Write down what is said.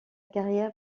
carrière